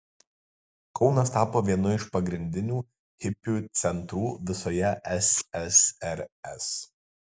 kaunas tapo vienu iš pagrindinių hipių centrų visoje ssrs